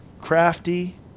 crafty